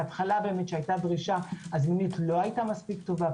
ובהתחלה כשהיתה דרישה הזמינות לא היתה מספיק טובה,